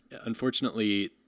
unfortunately